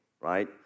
right